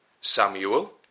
Samuel